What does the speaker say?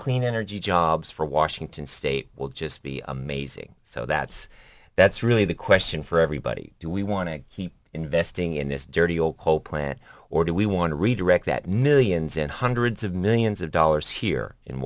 clean energy jobs for washington state will just be amazing so that's that's really the question for everybody do we want to keep investing in this dirty old coal plant or do we want to redirect that millions and hundreds of millions of dollars here in